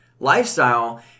Lifestyle